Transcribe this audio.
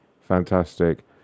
Fantastic